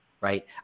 Right